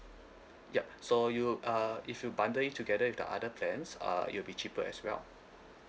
yup so you uh if you bundle it together with the other plans uh it'll be cheaper as well